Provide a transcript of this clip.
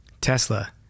Tesla